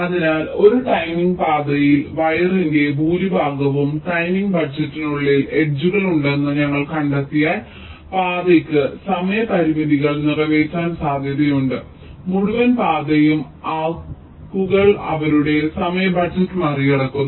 അതിനാൽ ഒരു ടൈമിംഗ് പാതയിൽ വയറിന്റെ ഭൂരിഭാഗവും ടൈമിംഗ് ബജറ്റിനുള്ളിൽ എഡ്ജുകൾ ഉണ്ടെന്ന് ഞങ്ങൾ കണ്ടെത്തിയാൽ പാതയ്ക്ക് സമയ പരിമിതികൾ നിറവേറ്റാൻ സാധ്യതയുണ്ട് മുഴുവൻ പാതയും ആർക്കുകൾ അവരുടെ സമയ ബജറ്റ് മറികടക്കുന്നു